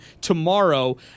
tomorrow